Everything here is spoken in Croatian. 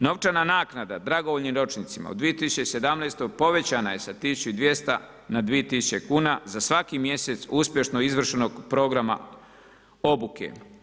Novčana naknada dragovoljnim ročnicima u 2017. povećana je sa 1200 na 2000 kuna za svaki mjesec uspješno izvršenog programa obuke.